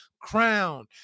crown